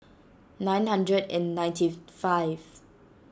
nine hundred and ninety five